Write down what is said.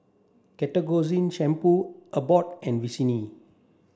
Ketoconazole Shampoo Abbott and Vichy